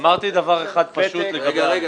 אמרתי דבר אחד פשוט לגביו.